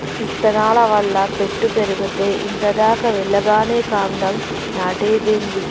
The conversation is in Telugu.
ఇత్తనాల వల్ల పెట్టు పెరిగేతే ఇంత దాకా వెల్లగానే కాండం నాటేదేంది